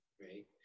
right